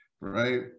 right